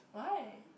why